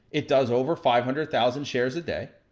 it does over five hundred thousand shares a day.